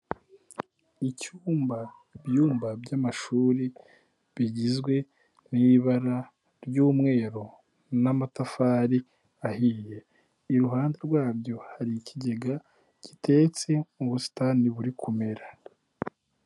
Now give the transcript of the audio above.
Icyumba, ibyumba by'amashuri bigizwe n'ibara ry'umweru n'amatafari ahiye iruhande rwabyo hari ikigega gitetse mu busitani buri kumera.